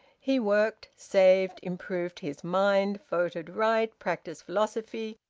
he worked, saved, improved his mind, voted right, practised philosophy,